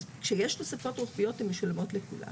אז כשיש תוספות רוחביות הן משולמות לכולם.